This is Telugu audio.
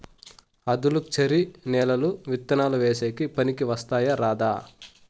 ఆధులుక్షరి నేలలు విత్తనాలు వేసేకి పనికి వస్తాయా రాదా?